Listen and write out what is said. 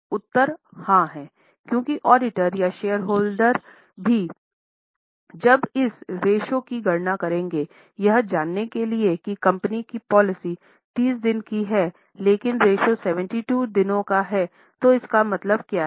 उत्तर हाँ है क्योंकि ऑडिटर या शेयरधारक भी जब इस रेश्यो की गणना करेंगे यह जानने के लिए कि कंपनी की पॉलिसी 30 दिनों की है लेकिन रेश्यो 72 दिनों का है तो इसका मतलब क्या हैं